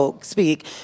speak